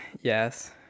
Yes